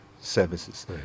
Services